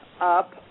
up